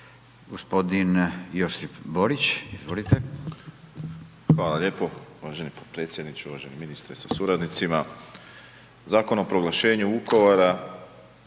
**Borić, Josip (HDZ)** Hvala lijepo uvaženi potpredsjedniče, uvaženi ministre sa suradnicima. Zakon o proglašenju Vukovara